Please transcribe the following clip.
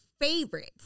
favorites